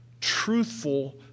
truthful